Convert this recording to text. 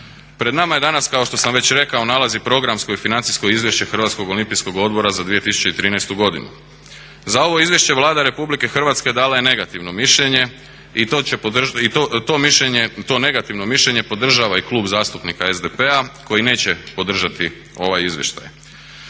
Pred nama je danas kao što sam već rekao, nalazi programsko i financijsko izvješće Hrvatskog olimpijskog odbora za 2013. godinu. Za ovo izvješće Vlada Republike Hrvatske dala je negativno mišljenje i to mišljenje, to negativno mišljenje podržava i Klub zastupnika SDP-a koji neće podržati ovaj izvještaj.